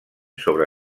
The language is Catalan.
sobre